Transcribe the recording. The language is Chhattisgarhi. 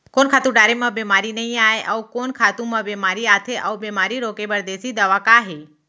कोन खातू डारे म बेमारी नई आये, अऊ कोन खातू म बेमारी आथे अऊ बेमारी रोके बर देसी दवा का हे?